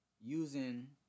using